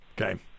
Okay